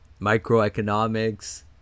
microeconomics